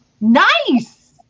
Nice